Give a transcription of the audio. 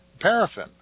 paraffin